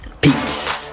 Peace